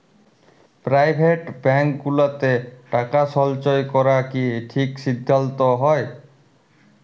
private bank গুলাতে টাকা সল্চয় ক্যরা কি ঠিক সিদ্ধাল্ত হ্যয়